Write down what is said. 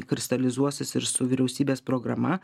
kristalizuosis ir su vyriausybės programa